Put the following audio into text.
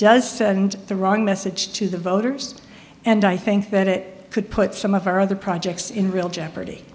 send the wrong message to the voters and i think that it could put some of our other projects in real jeopardy